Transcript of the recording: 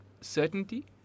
certainty